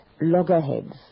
loggerheads